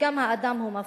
גם האדם מפחיד,